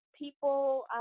people